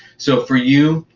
so for you,